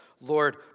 Lord